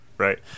right